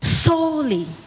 solely